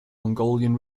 mongolian